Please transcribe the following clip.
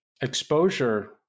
exposure